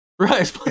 Right